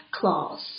claws